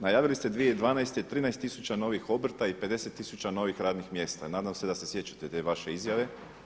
Najavili ste 2012. 13 tisuća novih obrta i 50 tisuća novih radnih mjesta, nadam se da se sjećate te vaše izjave.